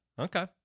Okay